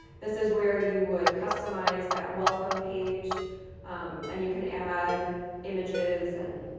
this is where you would customize that welcome page and you can add images and